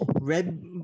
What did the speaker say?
Red